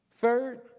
Third